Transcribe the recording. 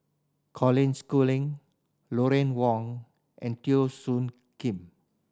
Colin Schooling Lucien Wang and Teo Soon Kim